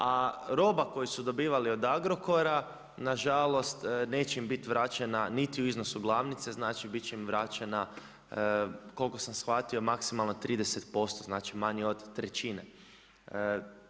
A roba koju su dobivali od Agrokora, nažalost, neće im biti vraćena niti u iznosu glavnice, znači biti će im vraćena, koliko sam shvatio, maksimalno 30%, znači manje od 1/3.